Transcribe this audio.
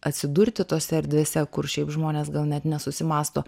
atsidurti tose erdvėse kur šiaip žmonės gal net nesusimąsto